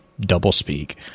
doublespeak